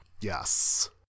Yes